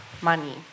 money